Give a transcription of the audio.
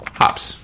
hops